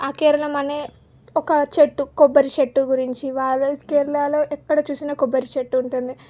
ఆ కేరళం అనే ఒక చెట్టు కొబ్బరి చెట్టు గురించి వాళ్ళు కేరళలో ఎక్కడ చూసిన కొబ్బరి చెట్టు ఉంటుంది